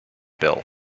bill